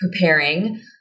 Preparing